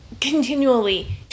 continually